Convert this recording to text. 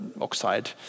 oxide